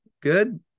good